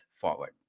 forward